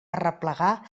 arreplegar